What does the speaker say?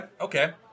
okay